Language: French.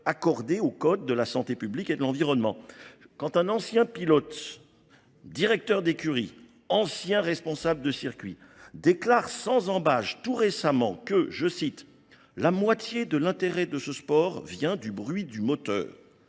accordée aux codes de la santé publique et de l'environnement. Quand un ancien pilote Directeur des Curies, ancien responsable de circuit, déclare sans embâche tout récemment que, je cite, « La moitié de l'intérêt de ce sport vient du bruit du moteur.